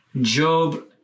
Job